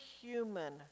human